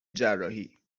جراحی